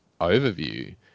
overview